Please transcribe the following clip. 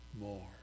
more